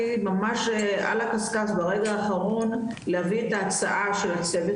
ממש על הקשקש ברגע האחרון להביא את ההצעה של הצוות